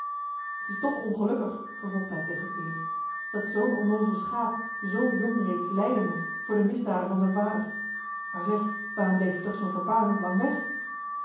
t is toch ongelukkig vervolgde hij tegen peer dat zoo'n onnoozel schaap zoo jong reeds lijden moet voor de misdaden van zijn vader maar zeg waarom bleef je toch zoo verbazend lang weg